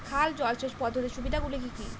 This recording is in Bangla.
খাল জলসেচ পদ্ধতির সুবিধাগুলি কি কি?